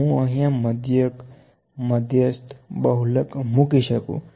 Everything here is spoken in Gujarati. તો હું અહીંયા મઘ્યક મધ્યસ્થબહુલક મૂકી શકું